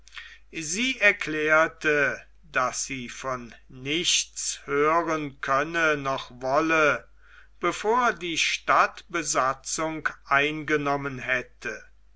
sie erklärte daß sie von nichts hören könne noch wolle bevor die stadt besatzung eingenommen hätte